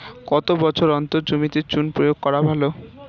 কত বছর অন্তর জমিতে চুন প্রয়োগ করা ভালো?